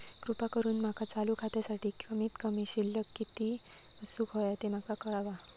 कृपा करून माका चालू खात्यासाठी कमित कमी शिल्लक किती असूक होया ते माका कळवा